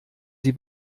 sie